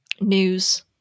news